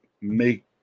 make